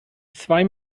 zwei